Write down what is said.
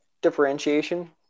differentiation